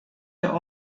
der